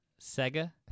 Sega